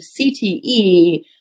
CTE